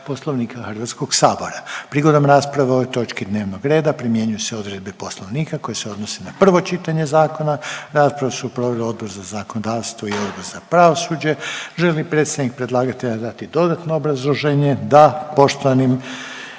Poslovnika Hrvatskog sabora. Prigodom rasprave o ovoj točki dnevnog reda primjenjuju se odredbe Poslovnika koje se odnose na prvo čitanje zakona. Raspravu su proveli Odbor za zakonodavstvo te Odbor za lokalnu i područnu (regionalnu) samoupravu. Želi li predstavnik predlagatelja dati dodatno obrazloženje? Da, poštovani